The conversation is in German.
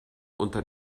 unter